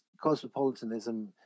cosmopolitanism